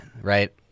right